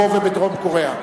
פה ובדרום-קוריאה?